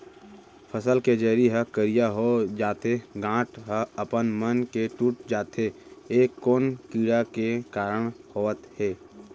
फसल के जरी ह करिया हो जाथे, गांठ ह अपनमन के टूट जाथे ए कोन कीड़ा के कारण होवत हे?